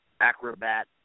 Acrobat